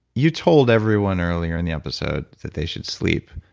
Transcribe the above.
you told everyone earlier in the episode that they should sleep,